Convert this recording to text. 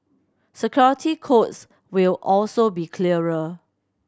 security codes will also be clearer